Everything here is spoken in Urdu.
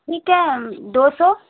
ٹھیک ہے دو سو